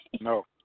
No